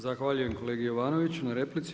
Zahvaljujem kolegi Jovanoviću na replici.